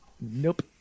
nope